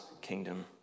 kingdom